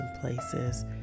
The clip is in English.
places